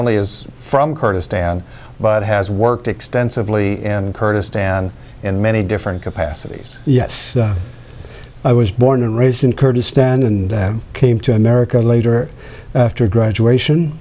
only is from kurdistan but has worked extensively in kurdistan in many different capacities yes i was born and raised in kurdistan and came to america later after graduation